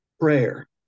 Prayer